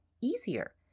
easier